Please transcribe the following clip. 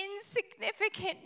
insignificant